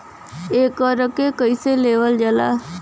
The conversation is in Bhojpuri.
एकरके कईसे लेवल जाला?